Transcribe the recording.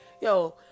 yo